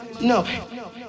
No